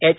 H